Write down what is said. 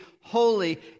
holy